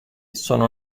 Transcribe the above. sono